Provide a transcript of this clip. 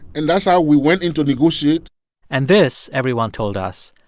and that's how we went in to negotiate and this, everyone told us,